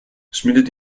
schmiedet